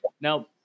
Now